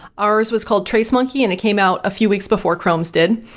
ours was called trace monkey and it came out a few weeks before chrome's did.